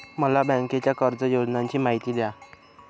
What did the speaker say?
मला बँकेच्या कर्ज योजनांची माहिती द्या